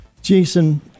Jason